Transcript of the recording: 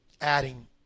adding